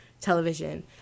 television